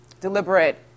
deliberate